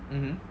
mmhmm